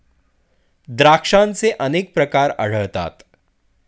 द्राक्षांचे अनेक प्रकार आढळतात